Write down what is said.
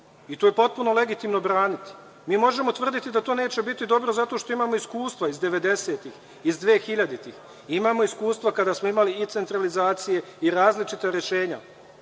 I to je potpuno legitimno braniti. Mi možemo tvrditi da to neće biti dobro zato što imamo iskustva iz devedesetih, iz dvehiljaditih. Imamo iskustva kada smo imali i centralizacije i različita rešenja